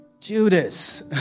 Judas